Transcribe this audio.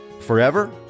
forever